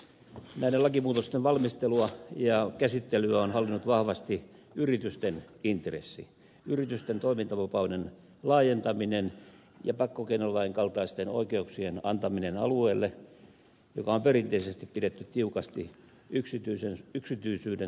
näiden lakimuutosten valmistelua ja käsittelyä on hallinnut vahvasti yritysten intressi yritysten toimintavapauden laajentaminen ja pakkokeinolain kaltaisten oikeuksien antaminen alueelle jota on perinteisesti pidetty tiukasti yksityisyyden suojan alueena